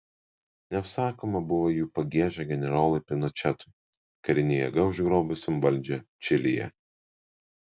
neapsakoma buvo jų pagieža generolui pinočetui karine jėga užgrobusiam valdžią čilėje